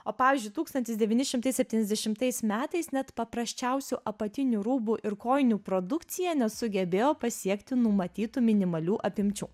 o pavyzdžiui tūkstantis devyni šimtai septyniasdešimtais metais net paprasčiausių apatinių rūbų ir kojinių produkcija nesugebėjo pasiekti numatytų minimalių apimčių